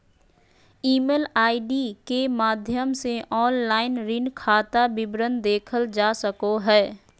email ID के माध्यम से ऑनलाइन ऋण खाता विवरण देखल जा सको हय